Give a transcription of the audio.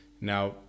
Now